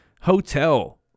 hotel